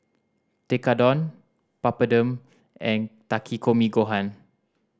Tekkadon Papadum and Takikomi Gohan